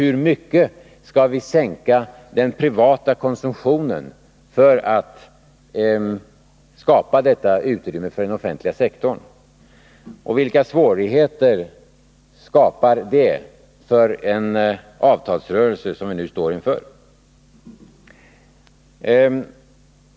Hur mycket skall vi sänka den privata konsumtionen för att skapa detta utrymme för den offentliga sektorn? Vilka svårigheter skapar det för den avtalsrörelse som vi nu står inför?